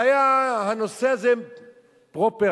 הנושא הזה היה פרופר,